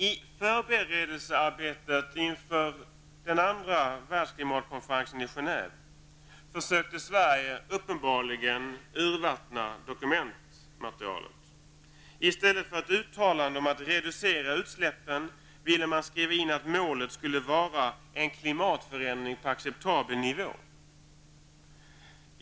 I förberedelsearbetet inför den andra världsklimatkonferensen i Genève försökte Sverige uppenbarligen urvattna dokumentmaterialet. I stället för ett uttalande om att reducera utsläppen, ville man skriva in att målet skulle vara en klimatförändring på acceptabel nivå.